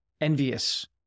envious